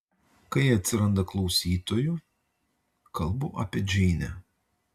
kai atsiranda klausytojų kalbu apie džeinę